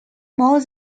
more